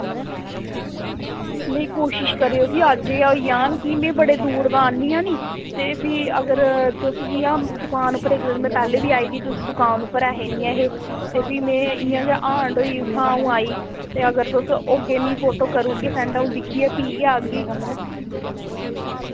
नेईं कोशिश करेओ कि अज्ज गै होई जान कि मैं बड़े दूर दा आनी आं नी ते फ्ही अगर तुस जि'यां दुकान उप्पर इक दिन मैं पैह्ले बी आई दी तुस दुकान उप्पर ऐ हे नि ऐ हे ते फ्ही मैं इय्यां गै हांड होई उत्थां अ'ऊं आई ते अगर तुस होगे मि फोटो करुड़गे सैंड अ'ऊं दिक्खियै फ्ही गै औगी